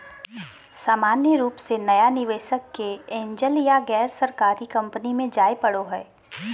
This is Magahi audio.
सामान्य रूप से नया निवेशक के एंजल या गैरसरकारी कम्पनी मे जाय पड़ो हय